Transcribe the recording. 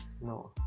no